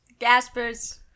gaspers